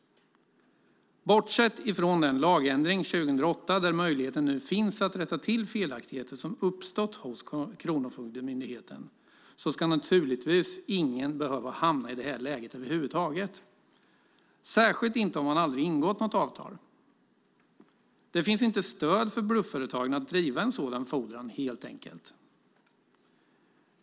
Bortsett från den lagändring från 2008 där möjligheten nu finns att rätta till felaktigheter som har uppstått hos Kronofogdemyndigheten ska ingen behöva hamna i detta läge över huvud taget, särskilt inte om man aldrig har ingått något avtal. Det finns helt enkelt inte stöd för blufföretagen att driva en sådan fordran.